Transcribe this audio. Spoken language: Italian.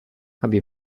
abbi